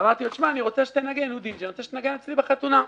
אמרתי לו: "שמע, אני רוצה שתנגן בחתונה שלי."